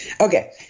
okay